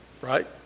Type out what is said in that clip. right